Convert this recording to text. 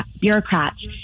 bureaucrats